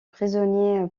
prisonnier